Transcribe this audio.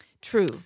True